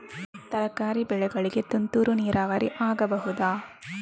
ತರಕಾರಿ ಬೆಳೆಗಳಿಗೆ ತುಂತುರು ನೀರಾವರಿ ಆಗಬಹುದಾ?